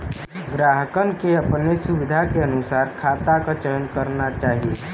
ग्राहकन के अपने सुविधा के अनुसार खाता क चयन करना चाही